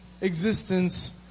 existence